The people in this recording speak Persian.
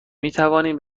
میتوانیم